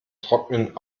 trocknen